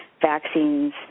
vaccines